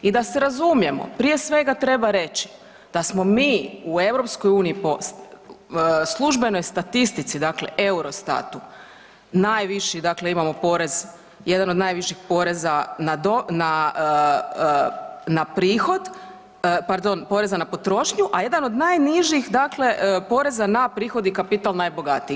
I da se razumijemo prije svega treba reći da smo mi u EU po službenoj statistici dakle Eurostatu najviši dakle imamo porez, jedan od najviših poreza na prihod, pardon poreza na potrošnju, a jedan od najnižih dakle poreza na prihod i kapital najbogatijih.